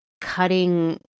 cutting